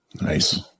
nice